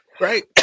Right